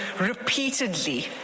repeatedly